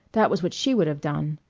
that was what she would have done!